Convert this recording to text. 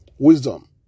Wisdom